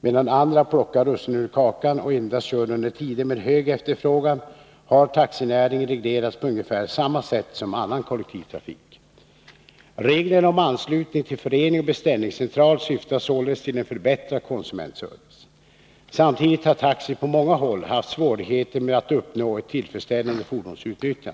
medan andra ”plockar russinen ur kakan” och endast kör under tider med hög efterfrågan, har taxinäringen reglerats på ungefär samma sätt som annan kollektivtrafik. Reglerna om anslutning till förening och beställningscentral syftar således till en förbättrad konsumentservice. Samtidigt har taxi på många håll haft svårigheter med att utnyttja bilarna effektivt.